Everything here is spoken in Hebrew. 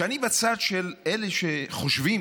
כשאני בצד של אלה שחושבים